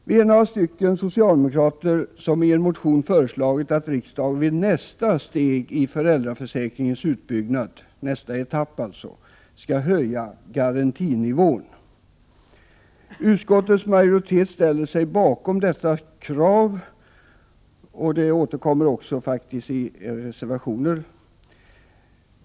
Vi är några socialdemokrater som i en motion har föreslagit att riksdagen vid nästa steg i föräldraförsäkringens utbyggnad, dvs. nästa etapp, skall höja garantinivån. Utskottets majoritet ställer sig bakom dessa krav. Kraven återkommer också i reservationer.